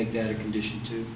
make that a condition to